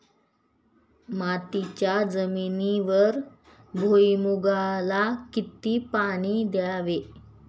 मातीच्या जमिनीवर भुईमूगाला किती पाणी द्यावे?